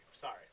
sorry